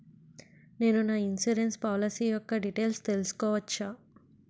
నేను నా insurance policy యెక్క డీటైల్స్ తెల్సుకోవచ్చా?